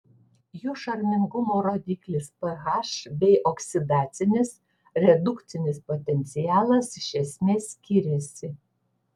jų šarmingumo rodiklis ph bei oksidacinis redukcinis potencialas iš esmės skiriasi